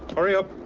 hurry up.